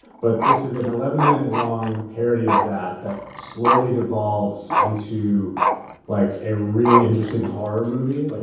but this is an eleven minute long parody of that, that slowly devolves into like a really interesting horror movie. like